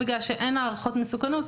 כאן, בגלל שאין הערכות מסוכנות,